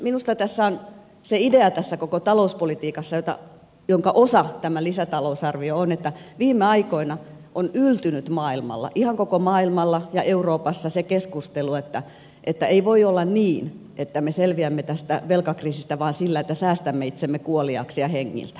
minusta tässä koko talouspolitiikassa jonka osa tämä lisätalousarvio on on se idea että viime aikoina on yltynyt maailmalla ihan koko maailmalla ja euroopassa se keskustelu että ei voi olla niin että me selviämme tästä velkakriisistä vain sillä että säästämme itsemme kuoliaaksi ja hengiltä